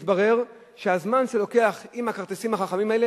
מתברר שהזמן שלוקח עם הכרטיסים החכמים האלה